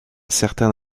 certain